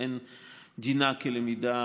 על דעת העתיד,